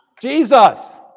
Jesus